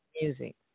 music